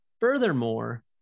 Furthermore